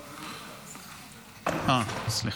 אה, סליחה.